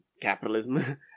capitalism